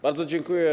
Bardzo dziękuję.